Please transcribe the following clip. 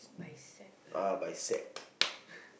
bicep lah